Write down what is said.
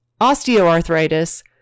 osteoarthritis